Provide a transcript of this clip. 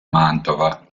mantova